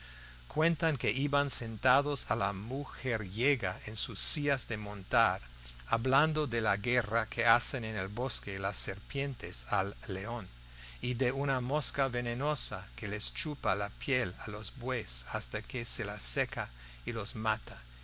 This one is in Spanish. cuentan que iban sentados a la mujeriega en sus sillas de montar hablando de la guerra que hacen en el bosque las serpientes al león y de una mosca venenosa que les chupa la piel a los bueyes hasta que se la seca y los mata